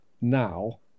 now